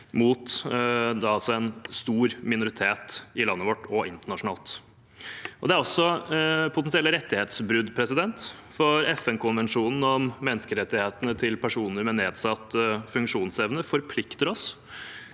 mot en stor minoritet i landet vårt og internasjonalt. Dette er også potensielle rettighetsbrudd. FN-konvensjonen om menneskerettighetene til personer med nedsatt funksjonsevne forplikter oss,